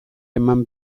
eman